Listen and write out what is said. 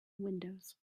windows